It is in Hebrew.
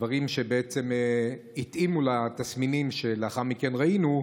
דברים שבעצם התאימו לתסמינים שלאחר מכן ראינו,